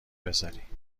بذاری